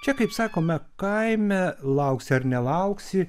čia kaip sakome kaime lauksi ar nelauksi